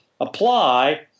apply